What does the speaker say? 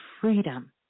freedom